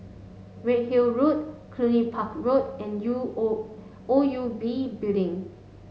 Redhill Road Cluny Park Road and U O O U B Building